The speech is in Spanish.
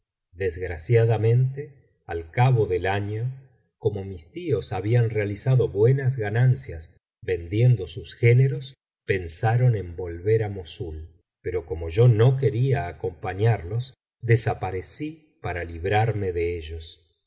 desgraciadamente al cabo del año como mis tíos habían realizado buenas ganancias vendiendo sus géneros pensaron en volver á mossul pero como yo no quería acompañarlos desaparecí para librarme de ellos